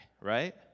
right